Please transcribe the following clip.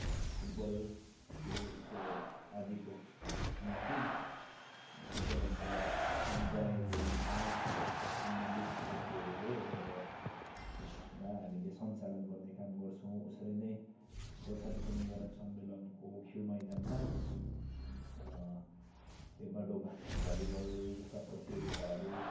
football खेलको आदिको निम्ति उपलब्ध पनि गराएको हुन्छ सम्बन्धित व्यक्तिहरूले र त्यसमा हामीले सञ्चालन गर्ने काम गर्छौँ उसरी नै गोर्खा दुःख निवारक सम्मेलनको खेल मैदानमा पेम्बा डोमा भलिबल जस्ता प्रतियोगिताहरू